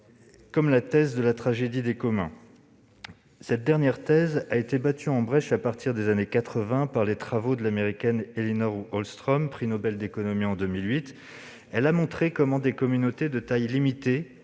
comme la thèse de la « tragédie des communs ». Cette dernière thèse a été battue en brèche, à partir des années 1980, par les travaux de l'Américaine Elinor Ostrom, prix Nobel d'économie en 2008. Elle a montré comment des communautés de taille limitée